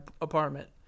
apartment